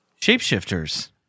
Shapeshifters